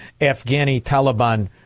Afghani-Taliban